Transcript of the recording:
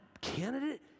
candidate